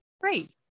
Great